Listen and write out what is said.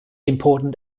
important